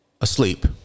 asleep